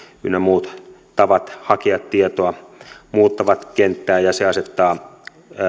ynnä muut tavat hakea tietoa muuttavat kenttää ja se asettaa